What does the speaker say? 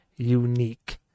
unique